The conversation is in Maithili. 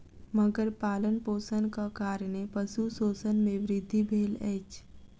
मगर पालनपोषणक कारणेँ पशु शोषण मे वृद्धि भेल अछि